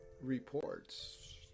reports